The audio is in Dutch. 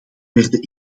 werden